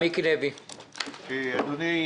אדוני,